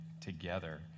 together